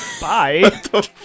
bye